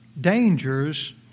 dangers